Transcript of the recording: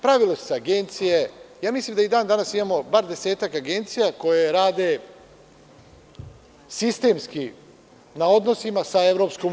Pravile su se agencije, mislim da i dan danas imamo bar deseta agencija koje rade sistemski na odnosima sa EU.